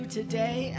today